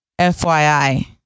FYI